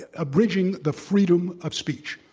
ah abridging the freedom of speech.